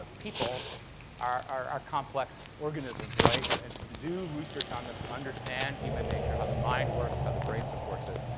people are are complex organisms, right? and and to to do research on them, to understand human nature, how the mind works, how the brain supports it,